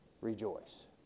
rejoice